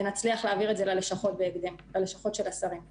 ונצליח להעביר את זה ללשכות השרים בהקדם.